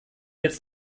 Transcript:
jetzt